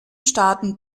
staaten